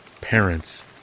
parents